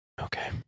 Okay